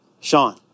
Sean